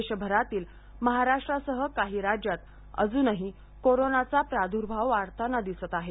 देशभरातील महाराष्ट्रासह काही राज्यात अजूनही कोरोनाचा प्रादुर्भाव वाढताना दिसत आहे